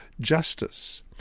justice